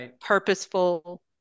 purposeful